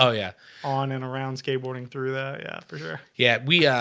ah yeah on and around skateboarding through that yeah for sure yeah, we ah,